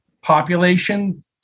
population